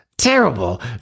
terrible